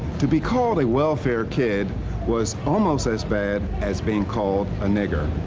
to be called a welfare kid was almost as bad as being called a nigger.